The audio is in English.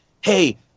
hey